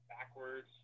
backwards